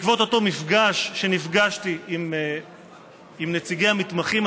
בעקבות אותו מפגש שנפגשתי עם נציגי המתמחים,